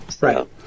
Right